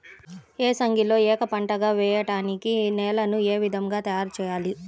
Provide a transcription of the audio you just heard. ఏసంగిలో ఏక పంటగ వెయడానికి నేలను ఏ విధముగా తయారుచేయాలి?